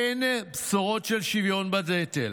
אין בשורות של שוויון בנטל.